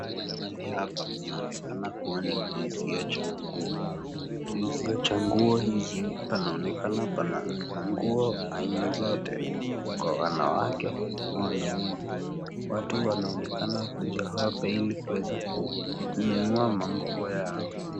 Mahali hapa panaonekana kuwa ni kiuzio cha nguo. Kuizio cha nguo hiki panaonekana pana manguo aina zote kwa wanawake na wanaume. Watu wanaonekana kuja hapa ili kuweza kununua manguo yao.